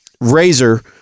Razor